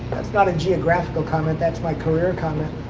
that's not a geographical comment, that's my career comment.